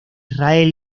israel